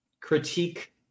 critique